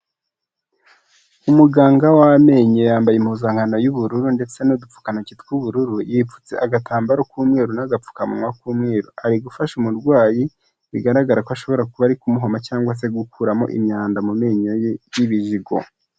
Umuganga w'amenyo yambaye impuzankano y'ubururu ndetse n'udupfukatoki tw'ubururu, yipfutse agatambaro k'umweru n'agapfukamunwa k'umweru ari gufasha umurwayi bigaragara ko ashobora kuba ari kumuhoma cyangwa se gukuramo imyanda mu menyo ye y'ibijigo.